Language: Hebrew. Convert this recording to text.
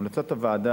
המלצות הוועדה,